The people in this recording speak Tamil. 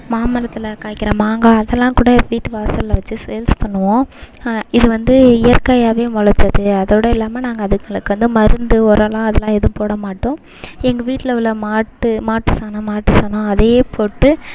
மாம் மரத்தில் காய்க்கிற மாங்காய் அதெலாம் கூட வீட்டு வாசலில் வச்சு சேல்ஸ் பண்ணுவோம் இது வந்து இயற்கையாகவே முளைச்சது அதோட இல்லாமல் நாங்கள் அதுங்களுக்கு வந்து மருந்து உரலாம் அதெலாம் எதுவும் போடமாட்டோம் எங்கள் வீட்டில் உள்ள மாட்டு மாட்டு சாணம் மாட்டு சாணம் அதையே போட்டு